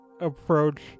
approach